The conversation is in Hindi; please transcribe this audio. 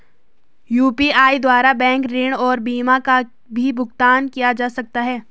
यु.पी.आई द्वारा बैंक ऋण और बीमा का भी भुगतान किया जा सकता है?